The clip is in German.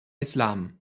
islam